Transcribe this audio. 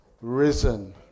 risen